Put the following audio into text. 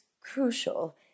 crucial